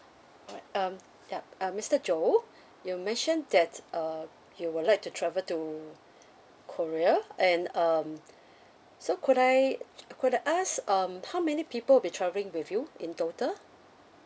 alright um yup uh mister joe you mentioned that uh you would like to travel to korea and um so could I could I ask um how many people would be traveling with you in total